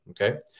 Okay